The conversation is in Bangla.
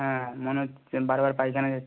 হ্যাঁ মনে হচ্ছে বার বার পায়খানা যাচ্ছি